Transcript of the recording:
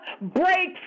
break